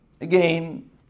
Again